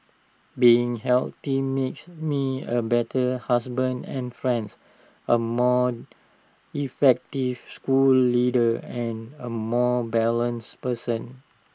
being healthy makes me A better husband and friends A more effective school leader and A more balanced person